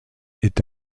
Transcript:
est